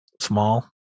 small